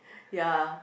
ya